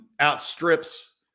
outstrips